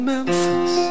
Memphis